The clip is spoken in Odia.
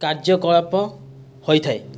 କାର୍ଯ୍ୟକଳାପ ହୋଇଥାଏ